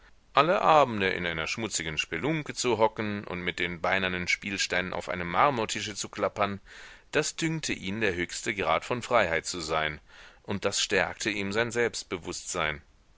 alle abende in einer schmutzigen spelunke zu hocken und mit den beinernen spielsteinen auf einem marmortische zu klappern das dünkte ihn der höchste grad von freiheit zu sein und das stärkte ihm sein selbstbewußtsein